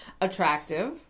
Attractive